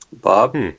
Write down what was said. Bob